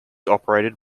operated